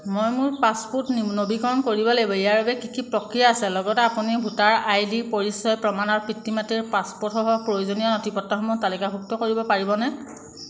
মই মোৰ পাছপোৰ্ট ন নৱীকৰণ কৰিব লাগিব ইয়াৰ বাবে কি প্ৰক্ৰিয়া আছে লগতে আপুনি ভোটাৰ আইডি পৰিচয় প্ৰমাণ আৰু পিতৃ মাতৃৰ পাছপ'ৰ্টসহ প্ৰয়োজনীয় নথিপত্ৰসমূহ তালিকাভুক্ত কৰিব পাৰিবনে